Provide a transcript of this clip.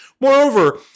Moreover